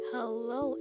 hello